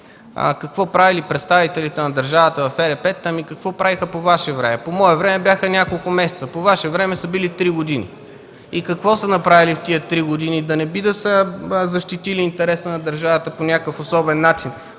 Какво правили представителите на държавата в ЕРП-тата? Ами, какво правеха по Ваше време? По мое време бяха няколко месеца. По Ваше време са били 3 години. Какво са направили в тези 3 години? Да не би да са защитили интереса на държавата по някакъв особен начин?